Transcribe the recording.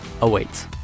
awaits